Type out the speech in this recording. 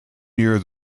near